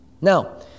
Now